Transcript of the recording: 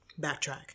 backtrack